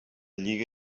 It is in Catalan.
lliga